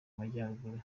majyaruguru